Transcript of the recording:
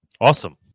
Awesome